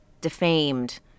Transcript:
defamed